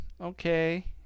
okay